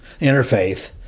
interfaith